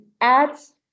adds